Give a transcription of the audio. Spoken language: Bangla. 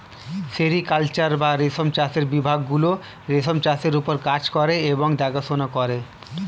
সেরিকালচার বা রেশম চাষের বিভাগ গুলো রেশম চাষের ওপর কাজ করে এবং দেখাশোনা করে